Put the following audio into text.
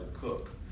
cook